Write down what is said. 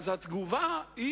התגובה היא,